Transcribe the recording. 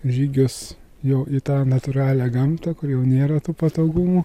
žygius jau į tą natūralią gamtą kur jau nėra tų patogumų